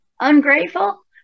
ungrateful